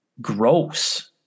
gross